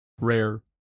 Rare